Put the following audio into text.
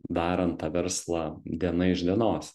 darant tą verslą diena iš dienos